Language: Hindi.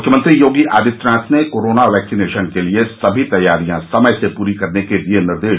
मुख्यमंत्री योगी आदित्यनाथ ने कोरोना वैक्सीनेशन के लिए सभी तैयारियां समय से पूरी करने के दिये निर्देश